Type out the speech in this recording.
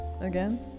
again